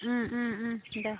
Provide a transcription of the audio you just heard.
दे